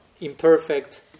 imperfect